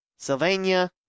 Sylvania